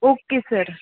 okay sir